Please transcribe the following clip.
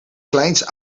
kleins